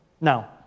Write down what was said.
Now